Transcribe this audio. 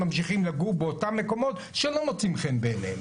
ממשיכים לגור באותם מקומות שלא מוצאים חן בעיניהם.